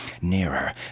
Nearer